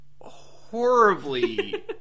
horribly